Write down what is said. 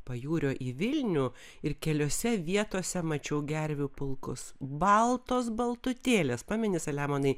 pajūrio į vilnių ir keliose vietose mačiau gervių pulkus baltos baltutėlės pameni selemonai